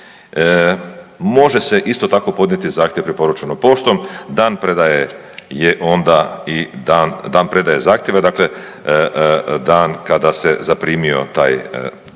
Može se isto tako podnijeti zahtjev preporučeno poštom, dan predaje je onda i dan predaje zahtjeva, dakle, dan kada se zaprimio taj rad